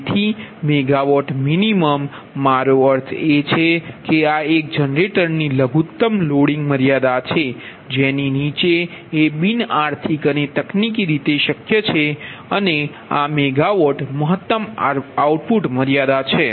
તેથી min મારો અર્થ એ છે કે આ એક જનરેટરની લઘુત્તમ લોડિંગ મર્યાદા છે જેની નીચે એ બિન આર્થિક અને તકનીકી રીતે શક્ય છે અને આ મેગા વોટ મહત્તમ આઉટપુટ મર્યાદા છે